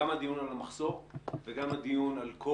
זאת אומרת גם את הדיון על המחסור וגם את הדיון על כל